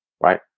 right